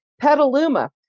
Petaluma